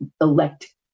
elect